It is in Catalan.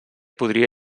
podria